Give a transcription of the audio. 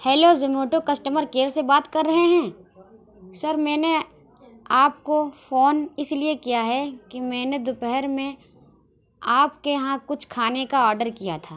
hello Zomato customer care سے بات کر رہے ہیں سر میں نے آپ کو فون اس لیے کیا ہے کہ میں نے دوپہر میں آپ کے یہاں کچھ کھانے کا آڈر کیا تھا